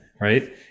right